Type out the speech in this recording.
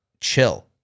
chill